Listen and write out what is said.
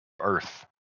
earth